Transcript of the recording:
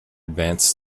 advanced